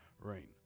rain